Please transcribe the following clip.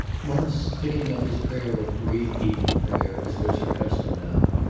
once, picking up his prayer-book to read evening prayer as was her custom now,